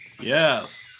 Yes